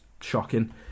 shocking